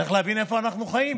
צריכים להבין איפה אנחנו חיים.